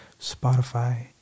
Spotify